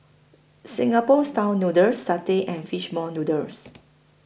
Singapore Style Noodles Satay and Fish Ball Noodles